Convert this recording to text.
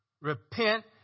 repent